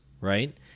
right